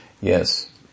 Yes